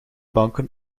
banken